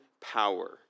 power